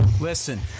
listen